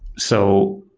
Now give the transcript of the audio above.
so,